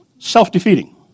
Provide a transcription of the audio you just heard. Self-defeating